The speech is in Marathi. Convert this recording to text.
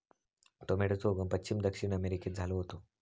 टॉमेटोचो उगम पश्चिम दक्षिण अमेरिकेत झालो होतो